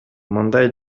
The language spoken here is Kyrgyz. мындай